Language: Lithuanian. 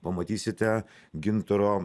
pamatysite gintaro